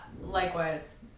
likewise